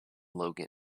logan